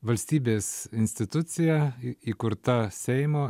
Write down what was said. valstybės institucija į įkurta seimo